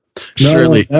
Surely